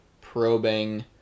probing